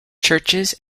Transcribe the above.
churches